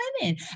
women